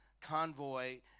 convoy